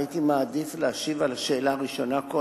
הייתי מעדיף להשיב על השאלה הראשונה,